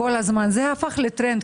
זה הפך לטרנד,